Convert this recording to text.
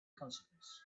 coincidence